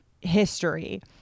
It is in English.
history